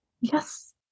yes